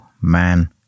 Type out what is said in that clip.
MAN